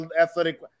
athletic